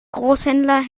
großhändler